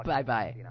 Bye-bye